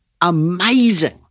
Amazing